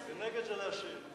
רגע, איך הניסוח של ההצבעה?